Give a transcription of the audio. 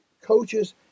coaches